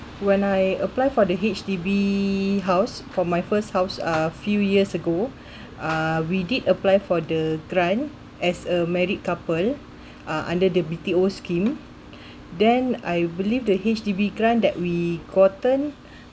when I apply for the H_D_B house for my first house uh few years ago uh we did apply for the grant as a married couple uh under the B_T_O scheme then I believe the H_D_B grant that we gotten